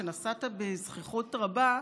שנשאת בזחיחות רבה,